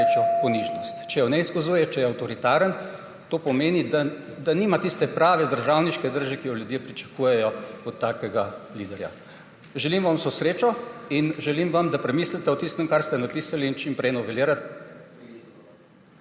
največjo ponižnost. Če je ne izkazuje, če je avtoritaren, to pomeni, da nima tiste prave državniške drže, ki jo ljudje pričakujejo od takega liderja. Želim vam vso srečo in želim vam, da premislite o tistem, kar ste napisali, in čim prej …